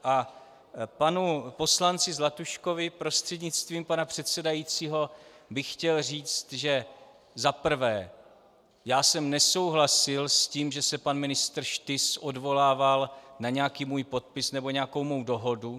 A panu poslanci Zlatuškovi prostřednictvím pana předsedajícího bych chtěl říct, že za prvé já jsem nesouhlasil s tím, že se pan ministr Štys odvolával na nějaký můj podpis nebo na nějakou mou dohodu.